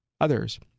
others